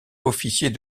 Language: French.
officier